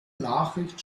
nachricht